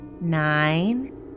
nine